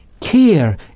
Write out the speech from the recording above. Care